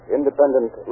Independent